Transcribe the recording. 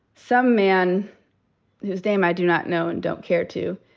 some man whose name i do not know and don't care to,